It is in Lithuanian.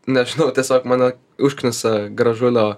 nežinau tiesiog mane užknisa gražulio